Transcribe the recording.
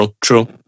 true